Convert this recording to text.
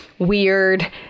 weird